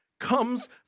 comes